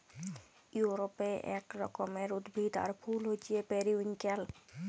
ইউরপে এক রকমের উদ্ভিদ আর ফুল হচ্যে পেরিউইঙ্কেল